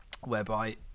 whereby